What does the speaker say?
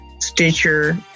Stitcher